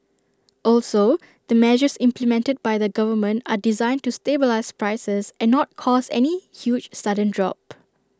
also the measures implemented by the government are designed to stabilise prices and not cause any huge sudden drop